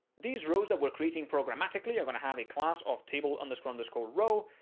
these roads that we're creating programmatically are going to have a class of table underscore underscore row.